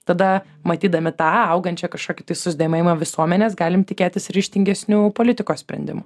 tada matydami tą augančią kožkokį tai susidomėjimą visuomenės galim tikėtis ir ryžtingesnių politikos sprendimų